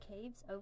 caves